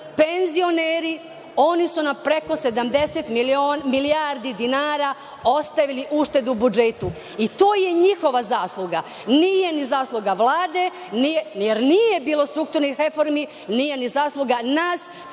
penzioneri. Oni su na preko 70 milijardi dinara ostavili uštedu u budžetu i to je njihova zasluga. Nije ni zasluga Vlade, jer nije bilo strukturnih reformi, nije ni zasluga nas,